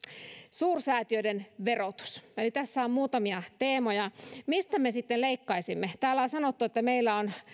suursäätiöiden verotus eli tässä on muutamia teemoja mistä me sitten leikkaisimme täällä on sanottu että meillä on